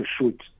shoot